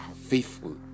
faithful